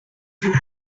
vous